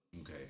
Okay